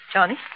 Johnny